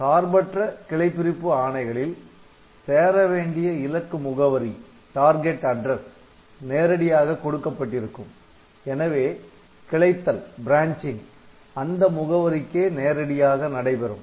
சார்பற்ற கிளை பிரிப்பு ஆணைகளில் சேர வேண்டிய இலக்கு முகவரி நேரடியாக கொடுக்கப்பட்டிருக்கும் எனவே கிளைத்தல் அந்த முகவரிக்கே நேரடியாக நடைபெறும்